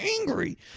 angry